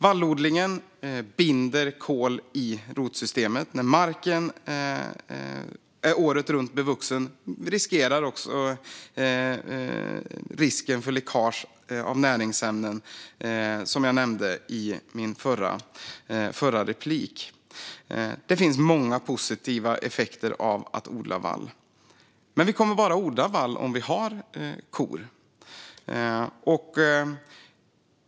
Vallodlingen binder kol i rotsystemet, och när marken är bevuxen året runt minskar också risken för läckage av näringsämnen, som jag nämnde i mitt förra inlägg. Det finns många positiva effekter av att odla vall, men det kommer vi bara att göra om vi har kor.